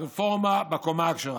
הרפורמה בקומה הכשרה.